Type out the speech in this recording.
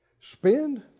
spend